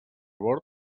bord